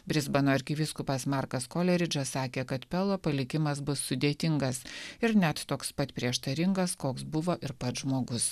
brisbano arkivyskupas markas koleridžas sakė kad pelo palikimas bus sudėtingas ir net toks pat prieštaringas koks buvo ir pats žmogus